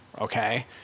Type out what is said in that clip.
okay